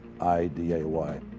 I-D-A-Y